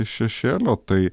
iš šešėlio tai